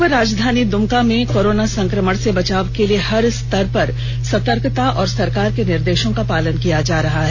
उपराजधानी दुमका में कोरोना संक्रमण से बचाव के लिए हर स्तर पर सतर्कता और सरकार के निर्देशों का पालन किया जा रहा है